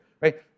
right